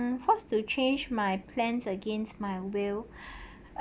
mm forced to change my plans against my will uh